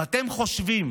אם אתם חושבים,